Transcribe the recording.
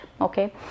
Okay